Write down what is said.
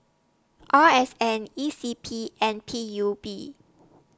R S N E C P and P U B